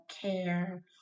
care